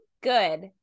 good